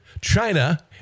China